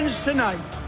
tonight